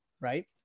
right